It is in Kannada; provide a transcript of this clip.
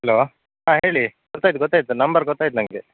ಹಲೋ ಹಾಂ ಹೇಳಿ ಗೊತ್ತಾಯ್ತು ಗೊತ್ತಾಯ್ತು ನಂಬರ್ ಗೊತ್ತಾಯ್ತು ನನಗೆ